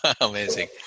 amazing